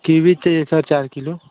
kiwi चाहिए sir चार kilo